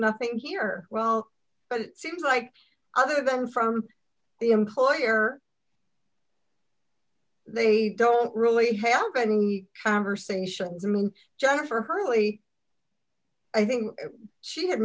nothing here well but it seems like other than from the employer they don't really have any conversations among jennifer hurley i think she had